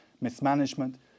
mismanagement